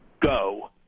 go